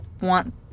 want